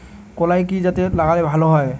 কলাই কি জাতে লাগালে ভালো হবে?